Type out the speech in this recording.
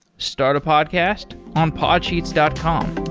start a podcast on podsheets dot com